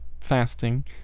fasting